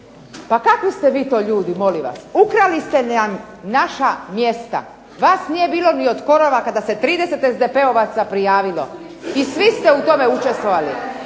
Pa kakvi ste vi to ljudi molim vas, ukrali ste nam naša mjesta. Vas nije bilo ni od korova kada se 30 SDP-ovaca prijavilo. I svi ste u tome učestvovali.